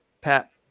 Pat